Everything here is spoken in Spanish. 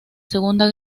segunda